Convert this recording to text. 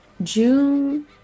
june